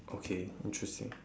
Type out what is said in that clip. okay interesting